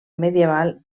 medieval